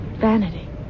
vanity